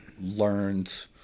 learned